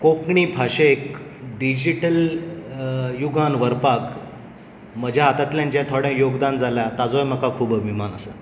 कोंकणी भाशेक डिजिटल युगान व्हरपाक म्हज्या हातांतल्यान जें थोडें योगदान जालां ताचोय म्हाका खूब अभिमान आसा